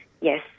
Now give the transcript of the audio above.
yes